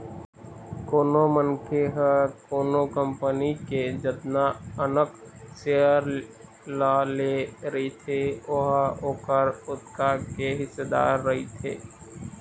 कोनो मनखे ह कोनो कंपनी के जतना अकन सेयर ल ले रहिथे ओहा ओखर ओतका के हिस्सेदार रहिथे